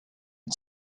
and